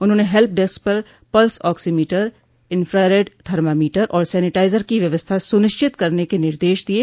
उन्होंने help desk पर pulse oximeter infrared thermometer और सैनिटाइजर की व्यवस्था सुनिश्चित करने के निर्देश दिये